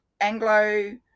Anglo